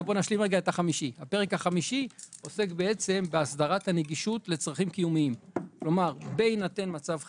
הפרק החמישי עוסק בהסדרת הנגישות לצרכים קיומיים בהינתן מצב חירום.